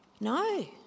No